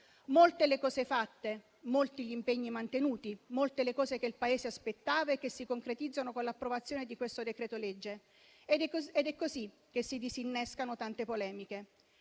Molte le cose fatte, molti gli impegni mantenuti, molte le cose che il Paese aspettava e che si concretizzano con l'approvazione di questo decreto-legge. Ed è così che si disinnescano tante polemiche.